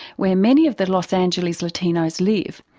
where many of the los angeles latinos live.